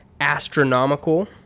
Astronomical